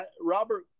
Robert